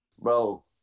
bro